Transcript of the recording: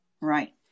Right